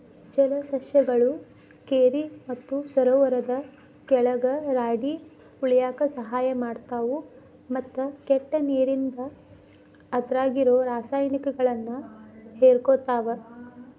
ಜಲಸಸ್ಯಗಳು ಕೆರಿ ಮತ್ತ ಸರೋವರದ ಕೆಳಗ ರಾಡಿ ಉಳ್ಯಾಕ ಸಹಾಯ ಮಾಡ್ತಾವು, ಮತ್ತ ಕೆಟ್ಟ ನೇರಿಂದ ಅದ್ರಾಗಿರೋ ರಾಸಾಯನಿಕಗಳನ್ನ ಹೇರಕೋತಾವ